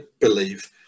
believe